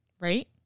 Right